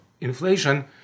inflation